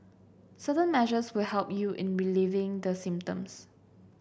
certain measures will help you in relieving the symptoms